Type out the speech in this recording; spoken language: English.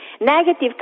negative